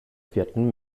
vierten